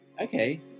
Okay